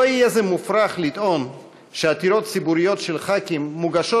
לא יהיה מופרך לטעון שעתירות ציבוריות של חברי כנסת מוגשות